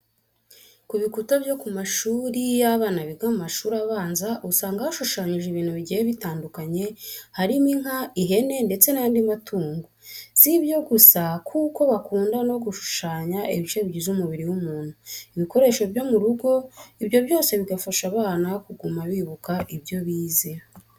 Ku bikuta byo ku mashuri y'abana biga mu mashuri abanza usanga hashushanyijeho ibintu bigiye bitandukanye harimo inka, ihene ndetse n'andi matungo. Si ibyo gusa kuko bakunda no gushushanyaho ibice bigize umubiri w'umuntu, ibikoresho byo mu rugo, ibyo byose bigafasha abana kuguma bibuka ibyo bize.